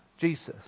Jesus